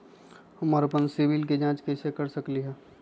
हम अपन सिबिल के जाँच कइसे कर सकली ह?